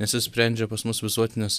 nes jis sprendžia pas mus visuotinės